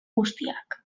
guztiak